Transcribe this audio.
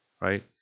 right